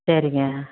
சரிங்க